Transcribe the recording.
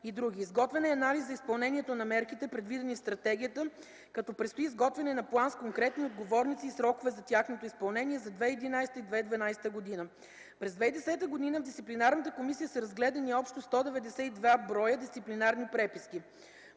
Изготвен е анализ за изпълнението на мерките, предвидени в стратегията, като предстои изготвяне на план с конкретни отговорници и срокове за тяхното изпълнение за 2011-2012 г. През 2010 г. в дисциплинарната комисия са разгледани общо 192 бр. дисциплинарни преписки.